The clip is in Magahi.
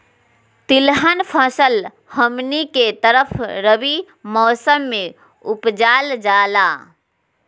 तिलहन फसल हमनी के तरफ रबी मौसम में उपजाल जाला